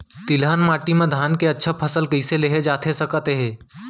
तिलहन माटी मा धान के अच्छा फसल कइसे लेहे जाथे सकत हे?